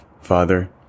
Father